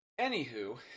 Anywho